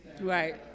Right